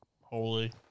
holy